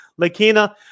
Lakina